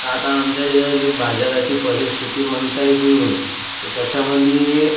तर आता आमचे जो बाजाराची परिस्थिती म्हणत आहे तुम्ही तर त्याच्यामधे